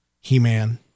He-Man